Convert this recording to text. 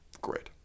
Great